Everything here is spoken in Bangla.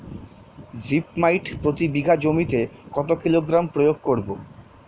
জিপ মাইট প্রতি বিঘা জমিতে কত কিলোগ্রাম প্রয়োগ করব?